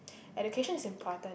education is important